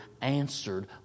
answered